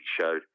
showed